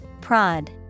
Prod